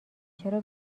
چرا